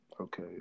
Okay